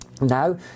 Now